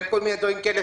כל מיני דברים כאלה,